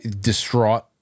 distraught